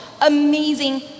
amazing